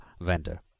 vendor